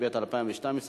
2012,